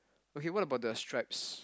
okay what about the stripes